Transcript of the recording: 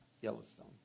Yellowstone